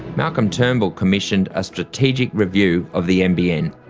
malcolm turnbull commissioned a strategic review of the nbn.